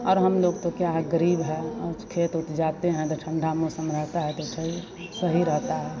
और हम लोग तो क्या हैं गरीब है और ओस खेत ओत जाते हैं तो ठंढा मौसम रहेता है तो शरीर सही रहता है